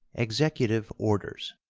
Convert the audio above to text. executive orders.